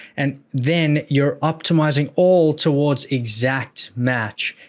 and then, you're optimizing all towards exact match.